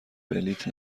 بلیط